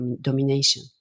domination